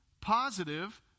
positive